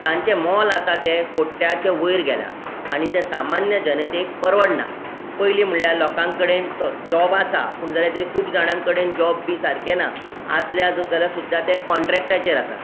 तांचें मोल आसा तें कोट्ट्याच्या वयर गेलां आनी तें सामान्य जनतेक परवडना पयलीं म्हणल्यार लोकां कडेन तो जॉब आसा पूण ज्या खातीर खूब जाणां कडेन जॉब बी सारकें ना आसल्यार जो जाल्यार सुद्दां तें कॉण्ट्रॅक्टाचेर आसा